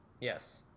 Yes